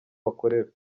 bakorera